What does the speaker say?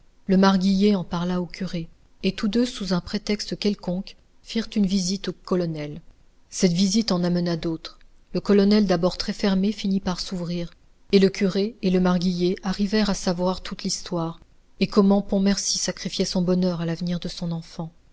le marguillier en parla au curé et tous deux sous un prétexte quelconque firent une visite au colonel cette visite en amena d'autres le colonel d'abord très fermé finit par s'ouvrir et le curé et le marguillier arrivèrent à savoir toute l'histoire et comment pontmercy sacrifiait son bonheur à l'avenir de son enfant